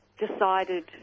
decided